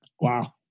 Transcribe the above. wow